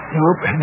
Nope